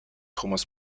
thomas